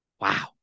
Wow